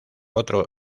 otro